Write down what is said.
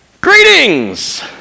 greetings